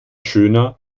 schöner